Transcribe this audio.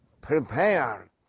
prepared